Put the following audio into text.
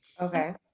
Okay